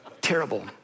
terrible